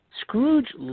Scrooge